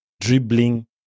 dribbling